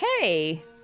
hey